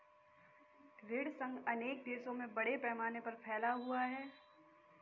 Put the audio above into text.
ऋण संघ अनेक देशों में बड़े पैमाने पर फैला हुआ है